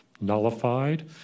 nullified